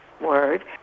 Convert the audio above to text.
word